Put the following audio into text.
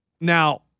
Now